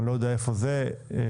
אני לא יודע איפה זה נמצא.